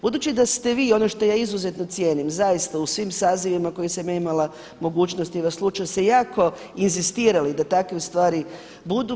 Budući da ste vi ono što ja izuzetno cijenim zaista u svim sazivima u kojima sam ja imala mogućnosti vas slušati ste jako inzistirali da takve stvari budu.